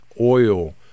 oil